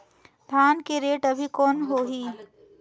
धान के रेट अभी कौन होही?